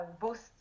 boost